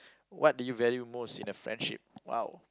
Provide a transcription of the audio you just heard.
what do you value most in a friendship !wow!